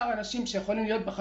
אפשר היה לדבר על מספר האנשים שיכולים